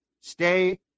Stay